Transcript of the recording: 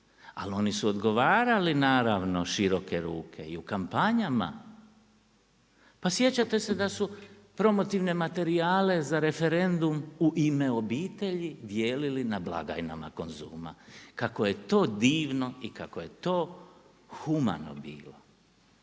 ali oni su odgovarali naravno široke ruke i u kampanjama. Pa sjećate se da su promotivne materijale za referendum „U ime obitelji“ dijelili na blagajnama Konzuma. Kako je to divno i kako je to humano bilo.